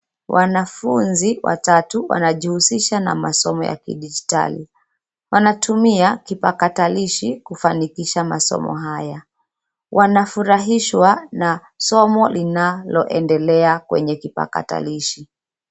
Wanafunzi watatu wanajihusisha na masomo ya kidijitali. Wanatumia kipakatalishi kufanikisha masomo haya. Wanafurahishwa na somo linaloendelea kwenye kipakatalishi.